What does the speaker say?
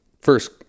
first